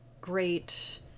great